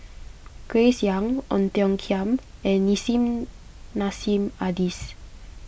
Grace Young Ong Tiong Khiam and Nissim Nassim Adis